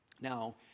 Now